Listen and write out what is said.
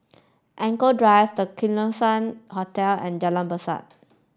Anchorvale Drive The Keong Saik Hotel and Jalan Besut